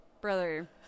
brother